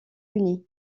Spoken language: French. unies